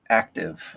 active